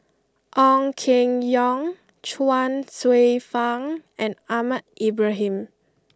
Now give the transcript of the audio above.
Ong Keng Yong Chuang Hsueh Fang and Ahmad Ibrahim